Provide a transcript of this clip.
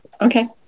Okay